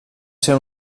ser